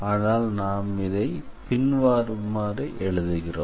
ஆனால் நாம் இதை பின்வருமாறு எழுதுகிறோம்